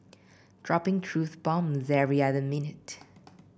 dropping truth bombs every other minute